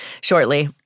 shortly